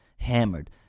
hammered